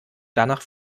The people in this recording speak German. danach